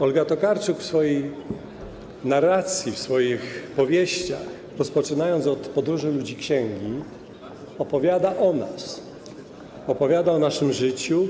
Olga Tokarczuk w swojej narracji, w swoich powieściach, rozpoczynając od „Podróży ludzi Księgi”, opowiada o nas, opowiada o naszym życiu.